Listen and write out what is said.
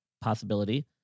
possibility